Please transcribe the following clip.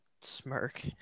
smirk